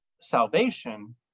salvation